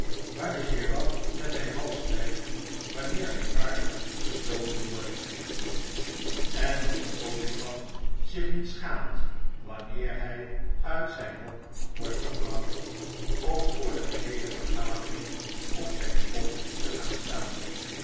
waar de giraffe met zijn halsblijft wanneer zijn kar gesloten wordt en of de olifant zich niet schaamt wanneer hij uit zijn hok wordt gebracht om voor de geheele vergadering op zijn kop te gaan staan